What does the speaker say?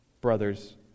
Brothers